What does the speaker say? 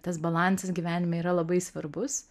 tas balansas gyvenime yra labai svarbus